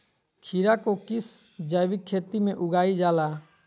खीरा को किस जैविक खेती में उगाई जाला?